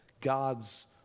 God's